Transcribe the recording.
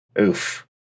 oof